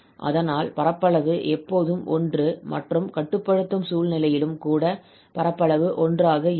அதனால் பரப்பளவு எப்போதும் 1 மற்றும் கட்டுப்படுத்தும் சூழ்நிலையிலும் கூட பரப்பளவு 1 ஆக இருக்கும்